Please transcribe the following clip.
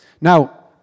Now